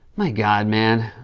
my god, man.